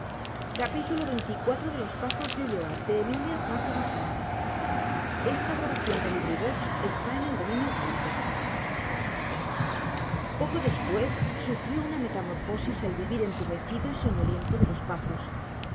los ojos secos y los nervios domados ya poco después sufrió una metamorfosis el vivir entumecido y soñoliento de los pazos